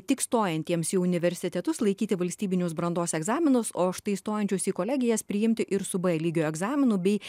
tik stojantiems į universitetus laikyti valstybinius brandos egzaminus o štai stojančiųs į kolegijas priimti ir su b lygio egzaminų bei